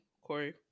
Corey